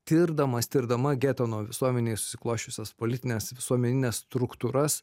tirdamas tirdama geteno visuomenėj susiklosčiusias politines visuomenines struktūras